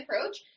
approach